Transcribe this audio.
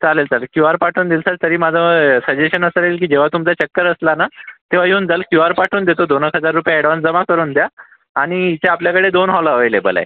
चालेल चालेल क्यूआर पाठवून देईल सर तरी माझं सजेशन असं राहील की जेव्हा तुमचा चक्कर असला ना तेव्हा येऊन जाल क्यूआर पाठवून देतो दोनच हजार रुपये जमा करून द्या आणि इथे आपल्याकडे दोन हॉल ॲवेलेबल आहे